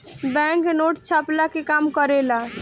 bank note छ्पला के काम करेला